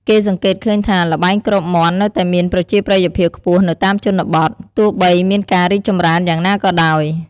គេសង្កេតឃើញថា ល្បែងគ្របមាន់នៅតែមានប្រជាប្រិយភាពខ្ពស់នៅតាមជនបទ ទោះបីមានការរីកចម្រើនយ៉ាងណាក៏ដោយ។